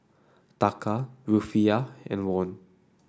Taka Rufiyaa and Won